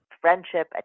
friendship